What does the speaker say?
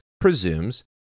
presumes